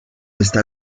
está